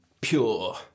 pure